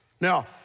Now